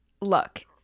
Look